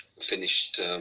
finished